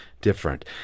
different